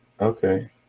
okay